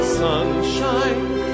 sunshine